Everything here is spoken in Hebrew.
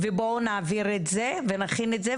בואו נעביר את זה ונכין את זה,